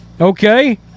okay